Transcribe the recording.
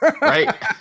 right